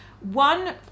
one